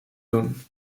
doen